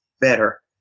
better